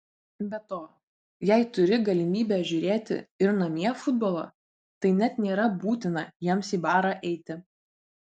be to jei turi galimybę žiūrėti ir namie futbolą tai net nėra būtina jiems į barą eiti